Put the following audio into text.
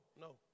no